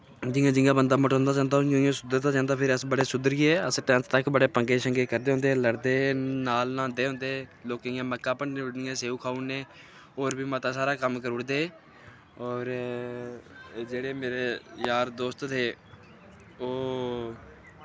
जियां जियां बंदा मठोंदा जंदा उ'यां उ'यां सुधरदा जंदा फिर अस बड़े सुधरिये असें टवैल्थ तक बड़े पंगे शंगे करदे होंदे हे लड़दे हे नाल न्हादें होंदे हे लोकें दियां मक्कां भन्नी ओड़नियां सेऊ खाउड़ने होर बी मता सारा कम्म करुदे हे ओर जेह्ड़े मेरे यार दोस्त थे ओह्